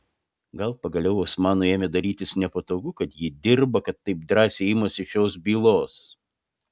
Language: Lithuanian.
gal pagaliau osmanui ėmė darytis nepatogu kad ji dirba kad taip drąsiai imasi šios bylos